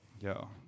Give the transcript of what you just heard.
yo